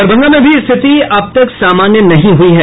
दरभंगा में भी स्थिति अब तक सामान्य नहीं हुई है